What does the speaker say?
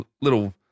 little